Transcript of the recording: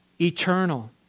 eternal